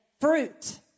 fruit